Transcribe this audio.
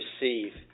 receive